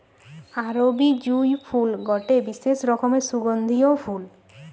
আরবি জুঁই ফুল গটে বিশেষ রকমের সুগন্ধিও ফুল